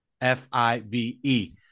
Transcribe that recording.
F-I-V-E